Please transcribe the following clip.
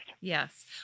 Yes